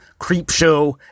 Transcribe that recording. Creepshow